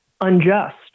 unjust